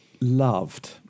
loved